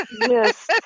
yes